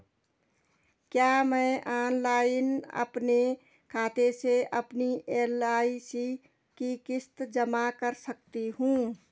क्या मैं ऑनलाइन अपने खाते से अपनी एल.आई.सी की किश्त जमा कर सकती हूँ?